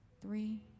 three